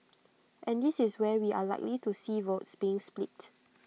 and this is where we are likely to see votes being split